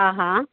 हा हा